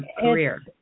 career